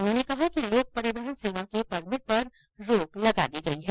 उन्होंने कहा कि लोक परिवहन सेवा के परमिट पर रोक लगा दी गयी है